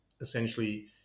essentially